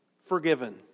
forgiven